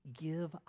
give